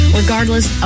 regardless